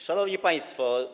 Szanowni Państwo!